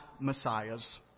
messiahs